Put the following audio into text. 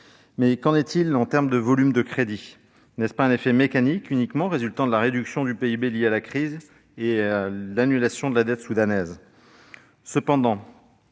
2021. Qu'en est-il en termes de volumes de crédits ? N'est-ce pas un effet mécanique résultant de la réduction du PIB liée à la crise et à l'annulation de la dette soudanaise ?